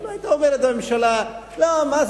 אילו היתה אומרת הממשלה: למה,